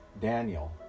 Daniel